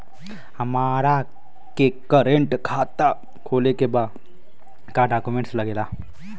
हमारा के करेंट खाता खोले के बा का डॉक्यूमेंट लागेला?